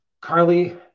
Carly